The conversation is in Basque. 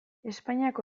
espainiako